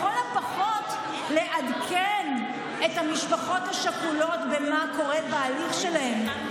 לכל הפחות לעדכן את המשפחות השכולות במה שקורה בהליך שלהן,